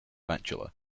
bachelor